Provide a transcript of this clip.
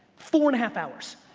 four and a half hours.